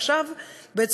עכשיו מה